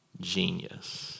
genius